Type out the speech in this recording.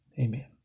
Amen